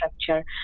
structure